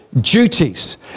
duties